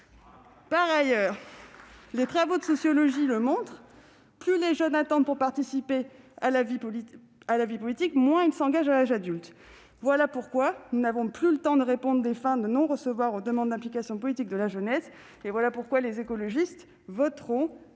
Par ailleurs, les travaux de sociologie le montrent : plus les jeunes attendent pour participer à la vie politique, moins ils s'engagent à l'âge adulte. Voilà pourquoi nous n'avons plus le temps d'adresser une fin de non-recevoir aux demandes d'implication politique de la jeunesse. Le groupe écologiste votera